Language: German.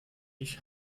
ich